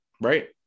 Right